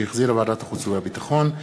שהחזירה ועדת החוץ והביטחון,